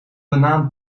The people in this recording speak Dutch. banaan